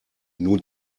nun